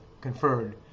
conferred